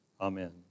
Amen